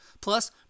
Plus